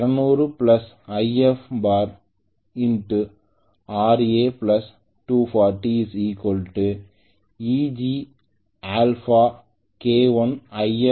எனவே 200 Ifll Ra240 Eg α k1Ifll125